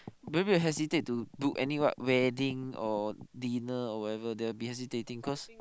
maybe hesitate to do any what wedding or dinner or whatever they will be hesitating cause